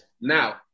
Now